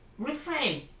reframe